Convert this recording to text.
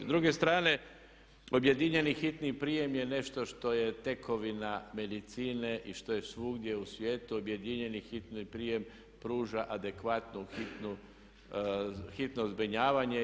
S druge strane, objedinjeni hitni prijem je nešto što je tekovina medicine i što je svugdje u svijetu objedinjeni hitni prijem pruža adekvatnu hitno zbrinjavanje.